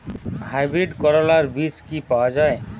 Hybrid করলার বীজ কি পাওয়া যায়?